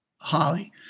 Holly